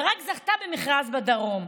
וזכתה במכרז רק בדרום.